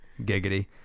giggity